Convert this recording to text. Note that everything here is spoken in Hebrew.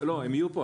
הם יהיו פה.